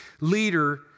leader